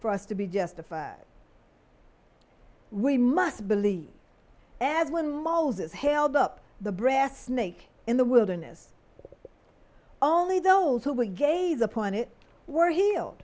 for us to be justified we must believe as when moses held up the brass snake in the wilderness only those who were gaze upon it were healed